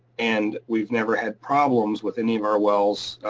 and we've never had problems with any of our wells.